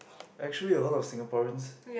actually a lot of Singaporeans